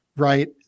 right